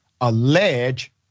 allege